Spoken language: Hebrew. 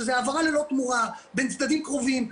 שזו העברה ללא תמורה בין צדדים קרובים,